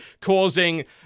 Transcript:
causing